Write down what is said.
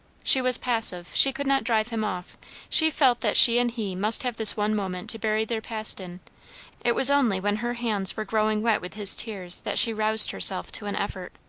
she was passive she could not drive him off she felt that she and he must have this one moment to bury their past in it was only when her hands were growing wet with his tears that she roused herself to an effort.